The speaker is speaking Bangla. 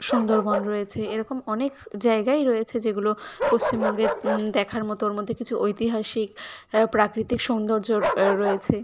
সুন্দরবন রয়েছে এরকম অনেক জায়গাই রয়েছে যেগুলো পশ্চিমবঙ্গের দেখার মতো ওর মধ্যে কিছু ঐতিহাসিক প্রাকৃতিক সৌন্দর্য রয়েছে